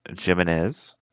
Jimenez